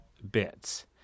bits